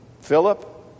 Philip